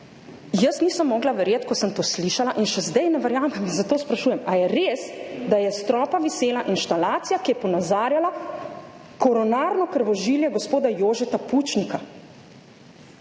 Jaz nisem mogla verjeti, ko sem to slišala, in še zdaj ne verjamem in zato sprašujem. Ali je res, da je s stropa visela inštalacija, ki je ponazarjala koronarno krvožilje gospoda Jožeta Pučnika?